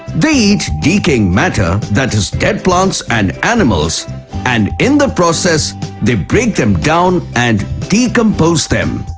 they eat decaying matter, that is dead plants and animals and in the process they break them down and decompose them.